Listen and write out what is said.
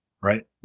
right